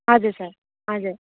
हजुर सर हजुर